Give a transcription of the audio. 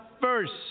first